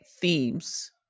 themes